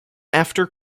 after